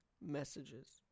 messages